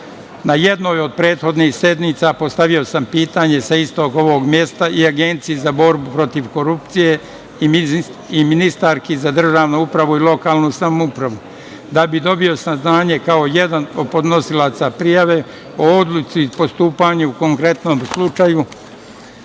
jednoj od prethodnih sednica postavio sam pitanje sa istog ovog mesta i Agenciji za borbu protiv korupcije i ministarki za državnu upravu i lokalnu samoupravu, da bi dobio saznanje kao jedan od podnosilaca prijave o odluci postupanja u konkretnom slučaju,